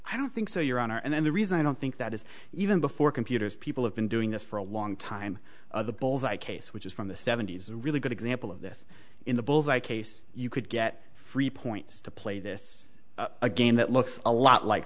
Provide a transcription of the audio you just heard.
i don't think so your honor and the reason i don't think that is even before computers people have been doing this for a long time the bull's eye case which is from the seventy's a really good example of this in the bulls eye case you could get free points to play this a game that looks a lot like